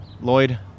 Lloyd